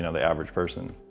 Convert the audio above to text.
you know the average person.